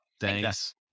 thanks